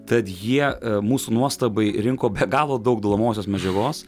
tad jie mūsų nuostabai rinko be galo daug dalomosios medžiagos